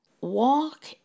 walk